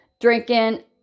drinking